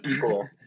cool